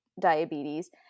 diabetes